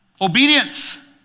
Obedience